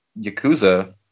Yakuza